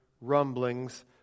rumblings